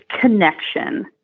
connection